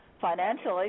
financially